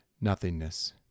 Nothingness